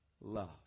love